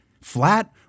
flat